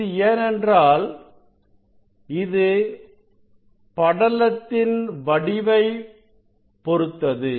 இது ஏனென்றால் இது படலத்தின் வடிவத்தைப் பொறுத்தது